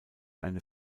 eine